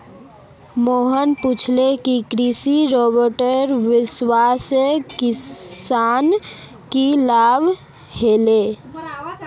मोहन पूछले कि कृषि रोबोटेर वस्वासे किसानक की लाभ ह ले